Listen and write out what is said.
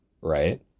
right